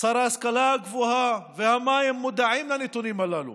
שר ההשכלה הגבוהה והמים מודעים לנתונים הללו?